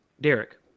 Derek